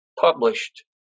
published